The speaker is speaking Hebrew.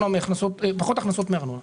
פחות הכנסות מארנונה.